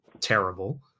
terrible